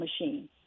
machine